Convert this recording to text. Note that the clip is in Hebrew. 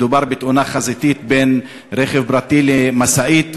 מדובר בתאונה חזיתית בין רכב פרטי למשאית,